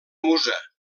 musa